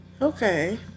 Okay